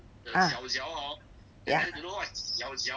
ah ya